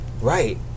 Right